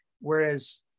Whereas